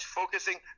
focusing